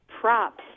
props